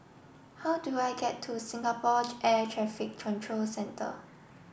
how do I get to Singapore Air Traffic Control Centre